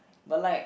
but like